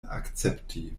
akcepti